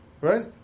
right